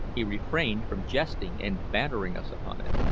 he refrained from jesting and bantering us upon it.